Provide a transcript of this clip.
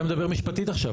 אתה מדבר משפטית עכשיו.